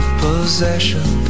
Possession